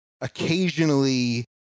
occasionally